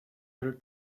her